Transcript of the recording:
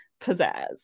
pizzazz